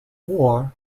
war